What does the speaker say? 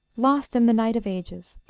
lost in the night of ages,